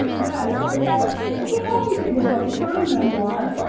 yeah, it's like ah it's a coffee table book. it's not a memoir.